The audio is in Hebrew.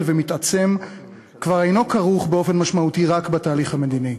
ומתעצם כבר אינו כרוך באופן משמעותי רק בתהליך המדיני.